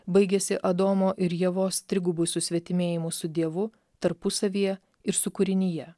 baigėsi adomo ir ievos trigubu susvetimėjimu su dievu tarpusavyje ir su kūrinija